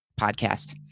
podcast